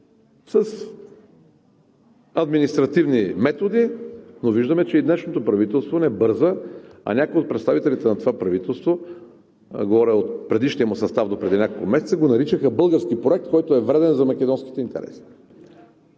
с административни методи, но виждаме, че и днешното правителство не бърза, а някои от представителите на това правителство, говоря от предишния му състав, допреди няколко месеца, го наричаха български проект, който е вреден за македонските интереси.